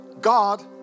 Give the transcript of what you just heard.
God